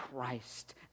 Christ